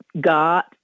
got